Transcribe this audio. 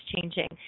changing